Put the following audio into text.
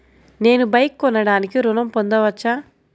నేను బైక్ కొనటానికి ఋణం పొందవచ్చా?